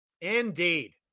Indeed